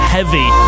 Heavy